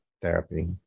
therapy